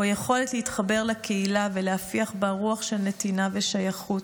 היכולת להתחבר לקהילה ולהפיח בה רוח של נתינה ושייכות.